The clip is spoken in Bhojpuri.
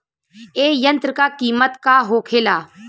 ए यंत्र का कीमत का होखेला?